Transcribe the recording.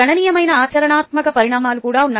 గణనీయమైన ఆచరణాత్మక పరిణామాలు కూడా ఉన్నాయి